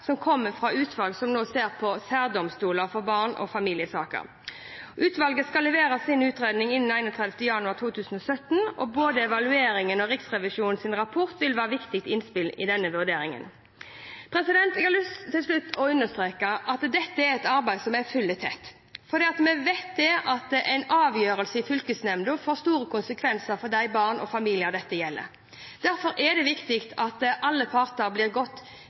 som kommer fra et utvalg som nå ser på særdomstoler for barne- og familiesaker. Utvalget skal levere sin utredning innen 31. januar 2017. Både evalueringen og Riksrevisjonens rapport vil være viktige innspill i denne vurderingen. Jeg har til slutt lyst til å understreke at dette er et arbeid som jeg følger tett, for vi vet at en avgjørelse i fylkesnemnda får store konsekvenser for de barn og familier dette gjelder. Derfor er det viktig at alle parter blir godt